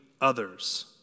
Others